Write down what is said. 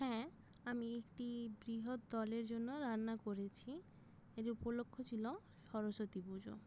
হ্যাঁ আমি একটি বৃহৎ দলের জন্য রান্না করেছি এর উপলক্ষ ছিলো সরস্বতী পুজো